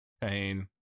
Pain